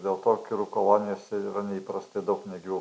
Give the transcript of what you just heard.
dėl to kirų kolonijose yra neįprastai daug negyvų